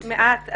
מעט.